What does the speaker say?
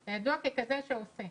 אתה ידוע ככזה שעושה.